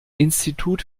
institut